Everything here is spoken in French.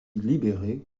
libérées